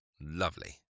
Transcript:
Lovely